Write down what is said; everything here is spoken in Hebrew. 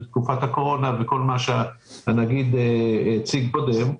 בתקופת הקורונה וכל מה שהנגיד הציג קודם,